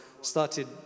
started